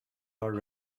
are